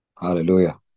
Hallelujah